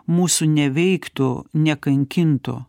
mūsų neveiktų nekankintų